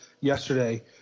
yesterday